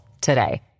today